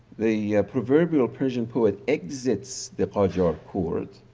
the proverbial persian poet exits the qarjar court,